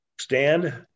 stand